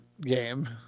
game